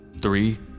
Three